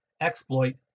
exploit